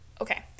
Okay